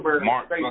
Mark